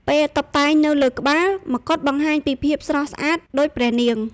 ពេលតុបតែងនៅលើក្បាល មកុដបង្ហាញពីភាពស្រស់ស្អាតដូចព្រះនាង។